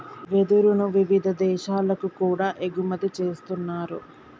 వెదురును వివిధ దేశాలకు కూడా ఎగుమతి చేస్తున్నారు